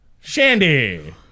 Shandy